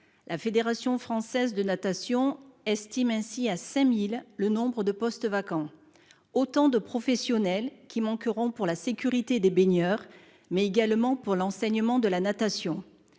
La Fédération française de natation estime ainsi à 5 000 le nombre de postes vacants, autant de professionnels qui manqueront pour la sécurité des baigneurs et pour l'enseignement de la natation.